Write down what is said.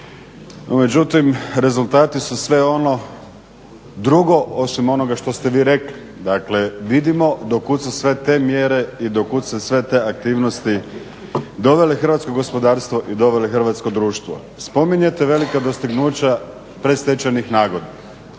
međutim rezultati su sve ono drugo osim onoga što ste vi rekli. Dakle, vidimo do kud su sve te mjere i do kud su sve te aktivnosti dovele hrvatsko gospodarstvo i dovele hrvatsko društvo. Spominjete velika dostignuća predstečajnih nagodbi,